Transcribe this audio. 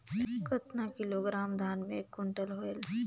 कतना किलोग्राम धान मे एक कुंटल होयल?